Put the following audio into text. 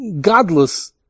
godless